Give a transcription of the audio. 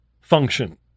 function